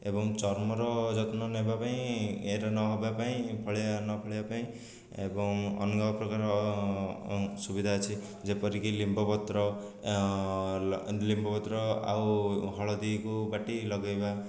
ଏବଂ ଚର୍ମର ଯତ୍ନ ନେବାପାଇଁ ଇଏର ନେବାପାଇଁ ଫଳିଆ ନ ଫଳିଆ ପାଇଁ ଏବଂ ଅନେକ ପ୍ରକାର ସୁବିଧା ଅଛି ଯେପରିକି ଲିମ୍ବ ପତ୍ର ଲିମ୍ବ ପତ୍ର ଆଉ ହଳଦୀକୁ ବାଟି ଲଗେଇବା